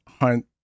Hunt